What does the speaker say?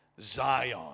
Zion